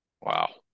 Wow